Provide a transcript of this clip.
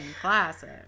classic